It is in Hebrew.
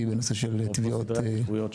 בנושא של תביעות --- זה בסדרי עדיפויות.